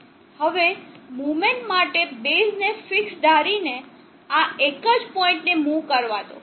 હવે મુવમેન્ટ માટે બેઝ ને ફિક્સ ધારી ને આ એક જ પોઈન્ટ ને મૂવ કરવા દો